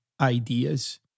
ideas